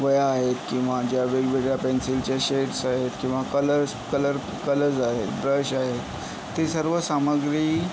वह्या आहेत किंवा ज्या वेगवेगळ्या पेन्सिलच्या शेडस आहेत किंवा कलर्स कलर कलर्स आहेत ब्रश आहेत ती सर्व सामग्री